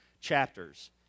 chapters